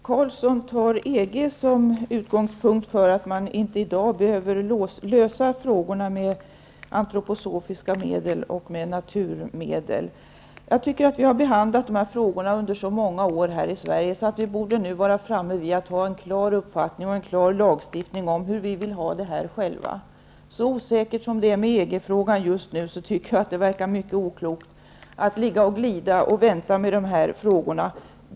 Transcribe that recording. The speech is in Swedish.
Herr talman! Leif Carlson tar EG som utgångspunkt för att man i dag inte skall behöva lösa frågorna om antroposofiska medel och naturmedel. Jag tycker att vi har behandlat dessa frågor under så många år här i Sverige att vi nu borde ha en klar uppfattning och kunna få en klar lagstiftning om hur vi själva vill ha det. Så osäker som frågan om EG är just nu, tycker jag att det verkar mycket oklokt att vänta med dessa frågor.